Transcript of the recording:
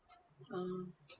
uh